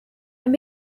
and